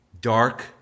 Dark